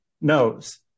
knows